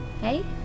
Hey